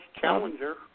Challenger